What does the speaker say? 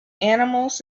animals